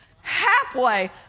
halfway